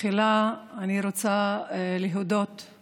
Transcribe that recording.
תחילה אני רוצה להודות לכל